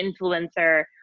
influencer